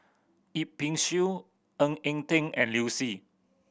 Yip Pin Xiu Ng Eng Teng and Liu Si